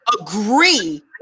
agree